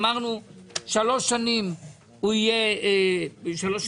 אמרנו שבמשך שלוש שנים הוא יהיה פטור,